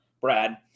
brad